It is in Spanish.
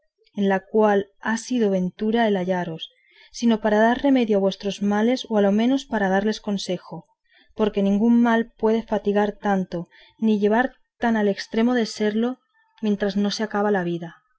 en la cual ha sido ventura el hallaros si no para dar remedio a vuestros males a lo menos para darles consejo pues ningún mal puede fatigar tanto ni llegar tan al estremo de serlo mientras no acaba la vida